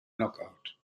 knockout